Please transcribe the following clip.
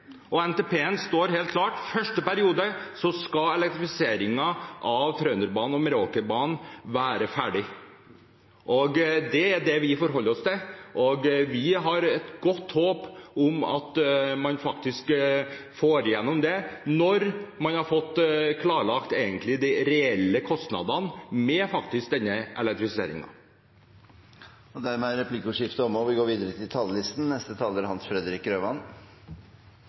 i NTP-en står det helt klart at i første periode skal elektrifiseringen av Trønderbanen og Meråkerbanen være ferdig. Det er det vi forholder oss til, og vi har et godt håp om at man faktisk får gjennom det når man har fått klarlagt de reelle kostnadene med denne elektrifiseringen. Replikkordskiftet er omme. I Norge vil det bo ca. 3 millioner innbyggere bare i de åtte østlandsfylkene i 2030 – en vekst på nesten 22 pst. Det er